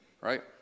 right